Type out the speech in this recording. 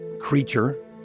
creature